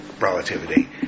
relativity